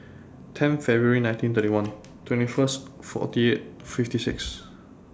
ten February nineteen thirty one twenty First forty eight fifty six